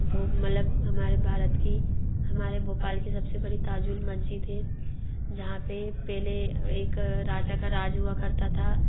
वो मतलब हमारे भारत की हमारे भोपाल की सब से बड़ी ताजुल मस्जिद है जहाँ पर पहले एक राजा का राज हुआ करता था